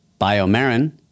Biomarin